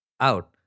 Out